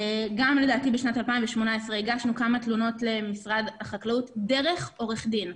בשנת 2018 הגשנו כמה תלונות למשרד החקלאות דרך עורך דין: